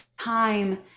time